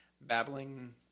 babbling